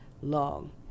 long